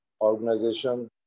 organization